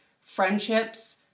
friendships